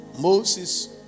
Moses